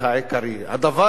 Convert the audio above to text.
הדבר הראשון,